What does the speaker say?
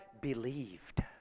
believed